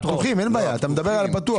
הפתוחים, אין בעיה, אתה מדבר על פתוח.